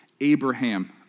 Abraham